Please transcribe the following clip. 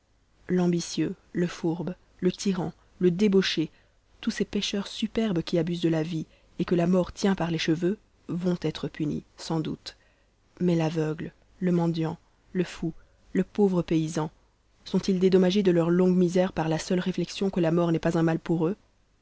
l'ambitieux le fourbe le tyran le débauché tous ces pécheurs superbes qui abusent de la vie et que la mort tient par les cheveux vont être punis sans doute mais l'aveugle le mendiant le fou le pauvre paysan sont-ils dédommagés de leur longue misère par la seule réflexion que la mort n'est pas un mal pour eux